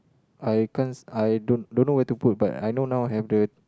I can't I don't don't know where to put but I know now have the